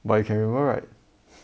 but you can remember right